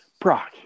Brock